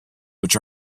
which